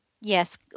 Yes